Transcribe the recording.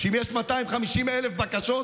שאם יש 250,000 בקשות,